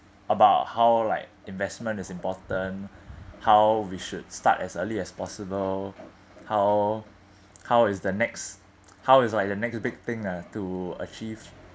about how like investment is important how we should start as early as possible how how is the next how is like the next big thing ah to achieve